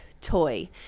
toy